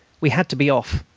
we had to be off.